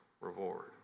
reward